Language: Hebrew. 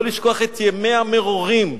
לא לשכוח את ימי המרורים,